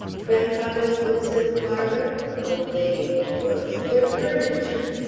grandfather's books in the parlour oh, they ain't books. they're furniture.